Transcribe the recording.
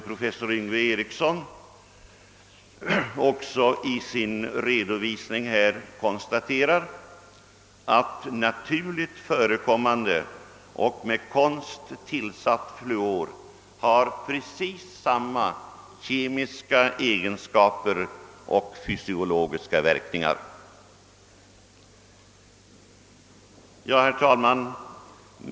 Professor Yngve Ericsson konstaterar i sitt yttrande att »naturligt förekommande och med konst tillsatt fluor har precis samma kemiska egenskaper och fysiologiska effekt», vilket bör uppmärksammas. Herr talman!